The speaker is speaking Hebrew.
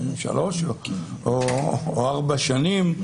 שלוש או ארבע שנים,